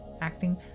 acting